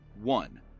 One